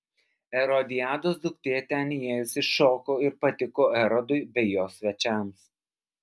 erodiados duktė ten įėjusi šoko ir patiko erodui bei jo svečiams